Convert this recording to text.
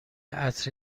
عطر